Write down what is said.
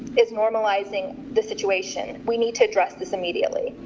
it's normalizing the situation. we need to address this immediately.